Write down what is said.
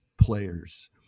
players